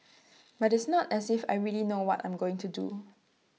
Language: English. but it's not as if I really know what I'm going to do